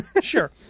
sure